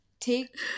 take